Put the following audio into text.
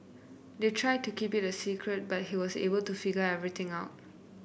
they tried to keep it a secret but he was able to figure everything out